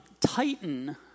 titan